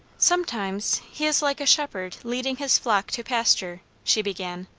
sometimes he is like a shepherd leading his flock to pasture, she began.